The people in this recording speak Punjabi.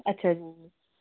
ਅੱਛਾ ਜੀ